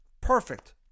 Perfect